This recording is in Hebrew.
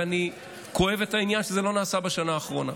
ואני כואב את העניין שזה לא נעשה בשנה האחרונה.